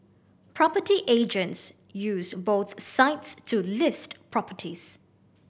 property agents use both sites to list properties